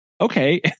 okay